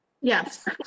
Yes